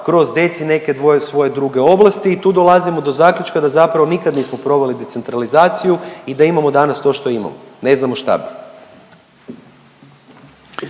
kroz … neke svoje druge ovlasti i tu dolazimo do zaključka da zapravo nikad nismo proveli decentralizaciju i da imamo danas to što imamo. Ne znamo šta bi.